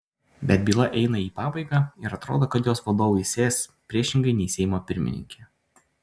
bet byla eina į pabaigą ir atrodo kad jos vadovai sės priešingai nei seimo pirmininkė